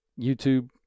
YouTube